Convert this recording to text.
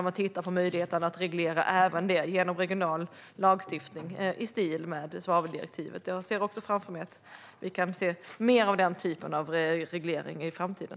Man tittar på möjligheten att reglera även det genom regional lagstiftning i stil med svaveldirektivet. Jag ser framför mig att det kan bli mer av den typen av reglering i framtiden.